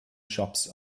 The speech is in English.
shops